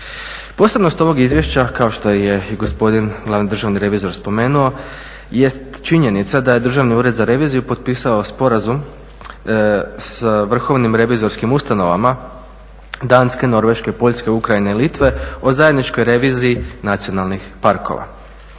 Posebnost ovog izvješća kao što je i gospodin glavni državni revizor spomenuo jest činjenica da je Državni ured za reviziju potpisao sporazum sa vrhovnim revizorskim ustanovama Danske, Norveške, Poljske, Ukrajine i Litve o zajedničkoj reviziji nacionalnih parkova.